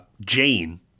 Jane